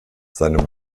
seine